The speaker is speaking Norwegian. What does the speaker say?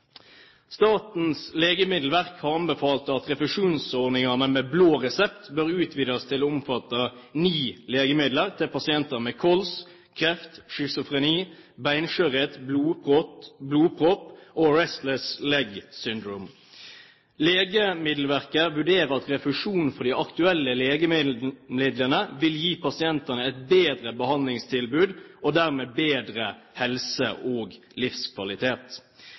Statens legemiddelverk har anbefalt at refusjonsordningene med blå resept bør utvides til å omfatte ni legemidler, til pasienter med kols, kreft, schizofreni, beinskjørhet, blodpropp og Restless Legs-syndrom. Legemiddelverket vurderer at refusjon for de aktuelle legemidlene vil gi pasientene et bedre behandlingstilbud, og dermed bedre helse- og livskvalitet.